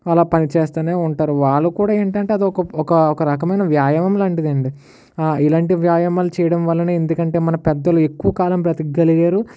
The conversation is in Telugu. అలా పని చేస్తూనే ఉంటారు వాళ్ళు కూడా ఏమిటంటే అది ఒక ఒక రకమైన వ్యాయామం లాంటిది అండి ఇలాంటి వ్యాయామాలు చేయడం వల్లనే ఎందుకంటే మన పెద్దలు ఎక్కువ కాలం బ్రతకగలిగారు